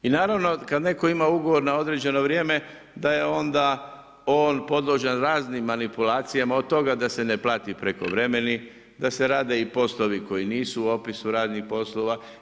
I naravno kada netko ima ugovor na određeno vrijeme da je onda on podložan raznim manipulacijama od toga da se ne plati prekovremeni, da se rade i poslovi koji nisu u opisu radnih poslova.